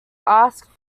ask